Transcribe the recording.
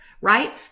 right